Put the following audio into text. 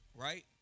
Right